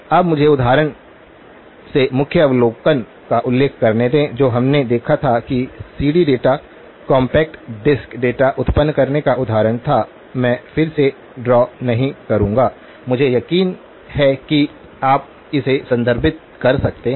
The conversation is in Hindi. अब मुझे उदाहरण से मुख्य अवलोकन का उल्लेख करने दें जो हमने देखा था कि CD data compact disc CD data उत्पन्न करने का उदाहरण था मैं फिर से ड्रा नहीं करूँगा मुझे यकीन है कि आप इसे संदर्भित कर सकते हैं